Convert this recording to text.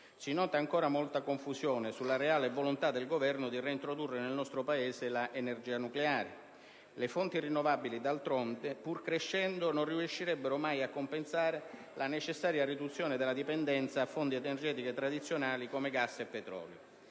Si nota ancora molta confusione sulla reale volontà del Governo di reintrodurre nel nostro Paese l'energia nucleare. Le fonti rinnovabili, d'altronde, pur crescendo, non riuscirebbero mai a compensare la necessaria riduzione della dipendenza da fonti energetiche tradizionali come gas e petrolio.